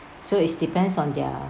so is depends on their